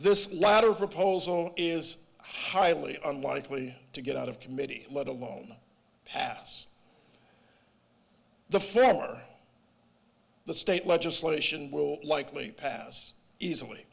this latter proposal is highly unlikely to get out of committee let alone pass the firm or the state legislation will likely pass easily